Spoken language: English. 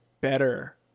better